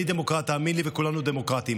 אני דמוקרט, תאמין לי, וכולנו דמוקרטים,